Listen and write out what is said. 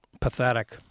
pathetic